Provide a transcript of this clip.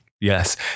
Yes